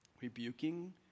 rebuking